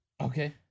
Okay